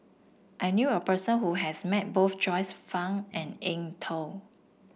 I knew a person who has met both Joyce Fan and Eng Tow